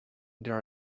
there